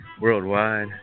worldwide